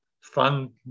fun